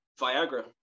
Viagra